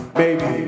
baby